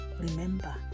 Remember